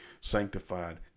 sanctified